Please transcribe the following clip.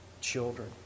children